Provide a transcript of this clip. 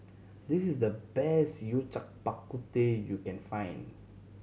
this is the best Yao Cai Bak Kut Teh you can find